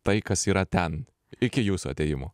tai kas yra ten iki jūsų atėjimo